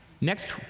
next